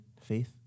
faith